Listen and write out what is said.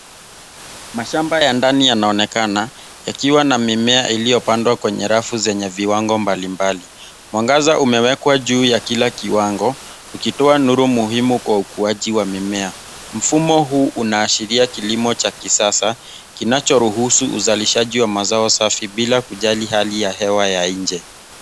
Mashamba ya ndani yanaonekana yakiwa na mimea iliyopandwa kwenye rafu zenye viwango mbalimbali. Mwangaza umewekwa juu ya kila kiwango, ukitoa nuru muhimu kwa ukuaji wa mimea. Mfumo huu unaashiria kilimo cha kisasa kinachoruhusu uzalishaji wa mazao safi bila kujali hali ya hewa ya nje.